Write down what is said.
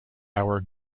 our